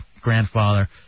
grandfather